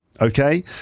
okay